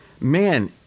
man